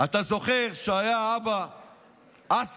אתה זוכר שהיה האבא אסד?